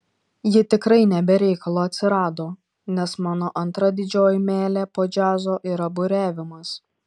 ji tikrai ne be reikalo atsirado nes mano antra didžioji meilė po džiazo yra buriavimas